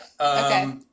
Okay